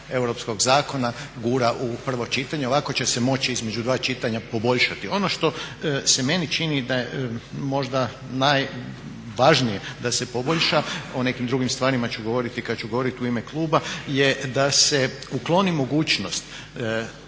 europskog zakona gura u prvo čitanje, ovako će se moći između dva čitanja poboljšati. Ono što se meni čini da je možda najvažnije da se poboljša, o nekim drugim stvarima ću govoriti kad ću govoriti u ime kluba, je da se ukloni mogućnost